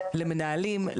למנהלים,